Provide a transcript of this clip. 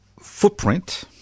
footprint